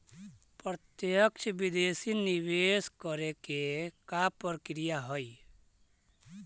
प्रत्यक्ष विदेशी निवेश करे के का प्रक्रिया हइ?